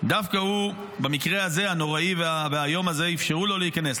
דווקא הוא במקרה הנוראי והאיום הזה אפשר לו להיכנס.